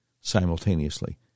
simultaneously